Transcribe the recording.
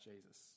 Jesus